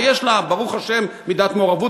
ויש לה ברוך השם מידת מעורבות,